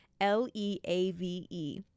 L-E-A-V-E